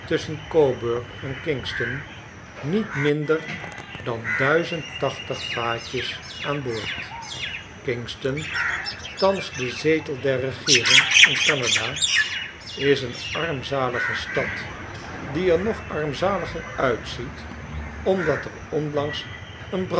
tusschen coburg en kingston niet minder dan duizend tachtig vaatjes aan boord kingston thans de zetel der regeering in canada is een armzalige stad die er nog armzaliger uitziet omdat er onlangs een brand